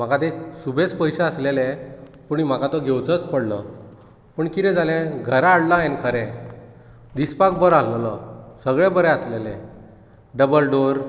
म्हाका ते सुबेज पयशे आसलेले पूण म्हाका तो घेवचोच पडलो पूण कितें जाले घरा हाडलो हांवेन खरें दिसपाक बरो आसलोलो सगळे बरें आसलेलें डबल डॉर